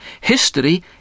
History